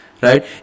Right